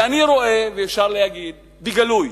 ואני רואה, ואפשר להגיד בגלוי,